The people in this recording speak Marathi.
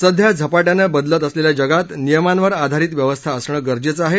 सध्या झपाट्यानं बदलत असलेल्या जगात नियमांवर धारित व्यवस्था असणं गरजेचं हे